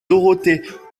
dorothée